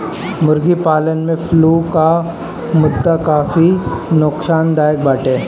मुर्गी पालन में फ्लू कअ मुद्दा काफी नोकसानदायक बाटे